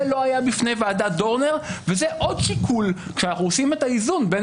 זה לא היה בפני ועדת דורנר וזה עוד שיקול שאנחנו עושים את האיזון בין